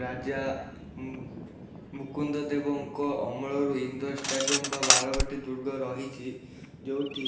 ରାଜା ମୁକୁନ୍ଦଦେବଙ୍କ ଅମଳରୁ indoor stadium ବା ବାରବାଟୀ ଦୁର୍ଗ ରହିଛି ଯେଉଁଠି